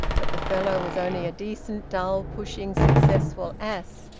but the fellow was only a decent, dull, pushing, successful ass,